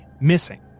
missing